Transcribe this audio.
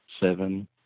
seven